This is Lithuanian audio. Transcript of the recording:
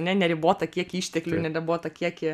ne neribotą kiekį išteklių neribotą kiekį